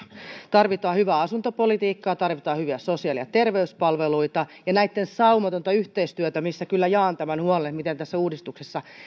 tarvitaan hyvää asuntopolitiikkaa hyviä sosiaali ja terveyspalveluita ja näitten saumatonta yhteistyötä ja kyllä jaan tämän huolen miten tässä uudistuksessa